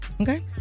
okay